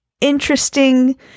interesting